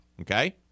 okay